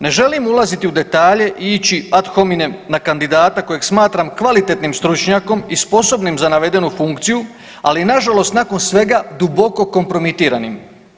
Ne želim ulaziti u detalje i ići ad hominem na kandidata kojeg smatram kvalitetnim stručnjakom i sposobnim za navedenu funkciju ali nažalost nakon svega duboko kompromitiranim.